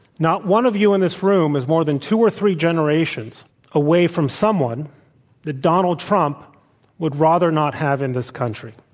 not one of you in this room is more than two or three generations away from someone that donald trump would rather not have in this country.